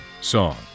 song